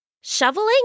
Shoveling